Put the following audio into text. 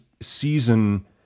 season